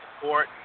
support